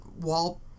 wall